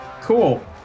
Cool